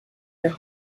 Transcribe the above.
their